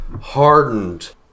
hardened